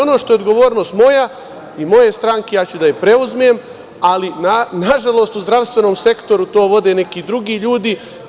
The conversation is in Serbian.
Ono što je odgovornost moja i moje stranke, ja ću da je preuzmem, ali zdravstveni sektor, nažalost, vode neki drugi ljudi.